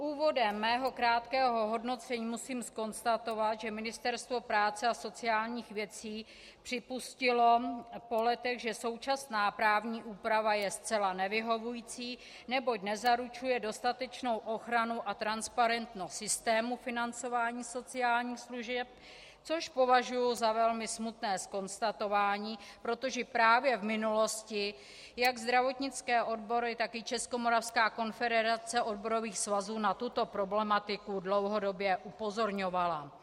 Úvodem svého krátkého hodnocení musím konstatovat, že Ministerstvo práce a sociálních věcí připustilo po letech, že současná právní úprava je zcela nevyhovující, neboť nezaručuje dostatečnou ochranu a transparentnost systému financování sociálních služeb, což považuji za velmi smutné konstatování, protože právě v minulosti jak zdravotnické odbory, tak i Českomoravská konfederace odborových svazů na tuto problematiku dlouhodobě upozorňovaly.